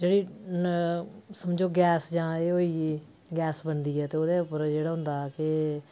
जेह्ड़ी समझो गैस जा एह् होई गेई गैस बनदी ऐ ते एह्दे उप्पर जेह्ड़ा होंदा कि